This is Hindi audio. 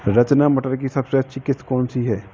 रचना मटर की सबसे अच्छी किश्त कौन सी है?